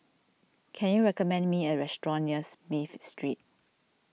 can you recommend me a restaurant near Smith Street